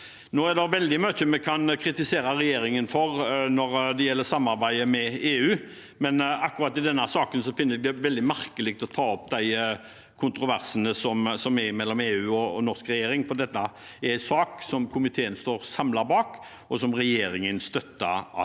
Det er veldig mye vi kan kritisere regjeringen for når det gjelder samarbeidet med EU, men akkurat i denne saken finner jeg det veldig merkelig å ta opp de kontroversene som er mellom EU og den norske regjeringen, for dette er en sak som komiteen står samlet bak, og som regjeringen støtter at